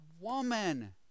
woman